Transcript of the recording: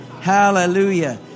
hallelujah